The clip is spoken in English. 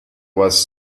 was